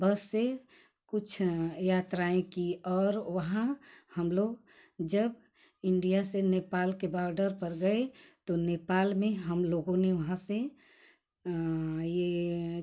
बस से कुछ यात्राएँ की और वहाँ हम लोग जब इंडिया से नेपाल के बॉडर पर गए तो नेपाल में हम लोगों ने वहाँ से आये